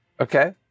Okay